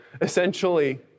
Essentially